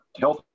health